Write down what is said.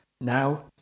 Now